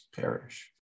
perish